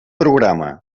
programa